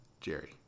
Jerry